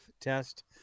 test